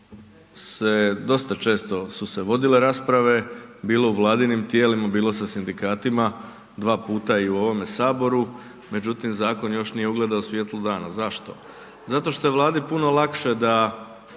dosta često su se vodile rasprave, bilo u vladinim tijelima, bilo sa sindikatima, dva puta i u ovome saboru, međutim zakon još nije ugledao svijetlo dana. Zašto? Zato što je Vladi puno lakše da